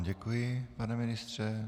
Děkuji vám, pane ministře.